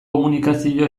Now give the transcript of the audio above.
komunikazio